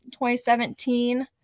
2017